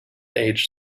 age